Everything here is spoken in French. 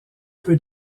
peu